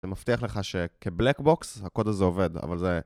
זה מבטיח לך שכבלק בוקס, הקוד הזה עובד, אבל זה...